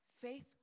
Faith